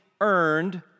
earned